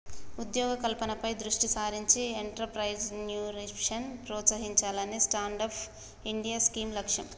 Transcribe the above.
ఉద్యోగ కల్పనపై దృష్టి సారించి ఎంట్రప్రెన్యూర్షిప్ ప్రోత్సహించాలనే స్టాండప్ ఇండియా స్కీమ్ లక్ష్యం